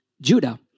Judah